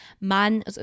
man